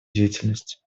деятельность